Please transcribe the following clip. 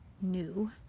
new